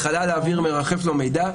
בחלל האוויר מרחף לו מידע,